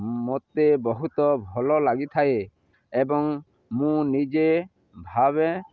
ମୋତେ ବହୁତ ଭଲ ଲାଗିଥାଏ ଏବଂ ମୁଁ ନିଜେ ଭାବେ